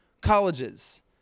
colleges